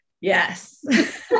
Yes